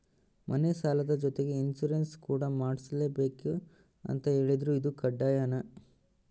ಮನೆ ಸಾಲದ ಜೊತೆಗೆ ಇನ್ಸುರೆನ್ಸ್ ಕೂಡ ಮಾಡ್ಸಲೇಬೇಕು ಅಂತ ಹೇಳಿದ್ರು ಇದು ಕಡ್ಡಾಯನಾ?